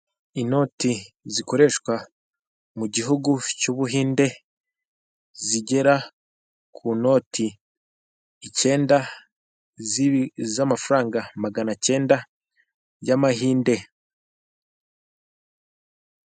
Inoti zikoreshwa mu gihugu cy'ubuhinde, zigera ku noti icyenda z'amafaranga maganacyenda y'amahinde.